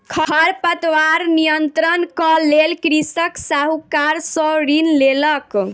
खरपतवार नियंत्रणक लेल कृषक साहूकार सॅ ऋण लेलक